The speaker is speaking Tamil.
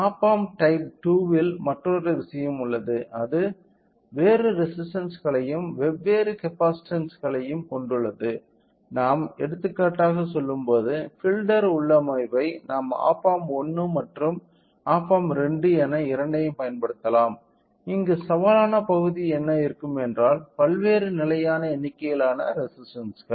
ஆப் ஆம்ப் டைப் 2 ல் மற்றொரு விஷயம் உள்ளது அது வேறு ரெசிஸ்டன்ஸ்களையும் வெவ்வேறு கப்பசிட்டன்ஸ்களையும் கொண்டுள்ளது நாம் எடுத்துக்காட்டாக சொல்லும்போது பில்டர் உள்ளமைவை நாம் ஆப் ஆம்ப் 1 மற்றும் ஆப் ஆம்ப் 2 என இரண்டையும் பயன்படுத்தலாம் இங்கு சவாலான பகுதி என்ன இருக்கும் என்றால பல்வேறு நிலையான எண்ணிக்கையிலான ரெசிஸ்டன்ஸ்கள்